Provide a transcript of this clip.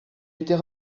était